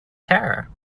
terror